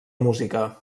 música